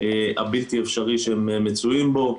הבלתי אפשרי שהם מצויים בו.